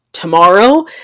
tomorrow